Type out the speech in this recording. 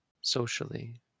socially